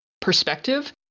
perspective